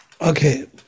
Okay